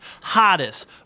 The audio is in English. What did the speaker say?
hottest